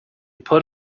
put